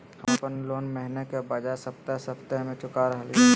हम अप्पन लोन महीने के बजाय सप्ताहे सप्ताह चुका रहलिओ हें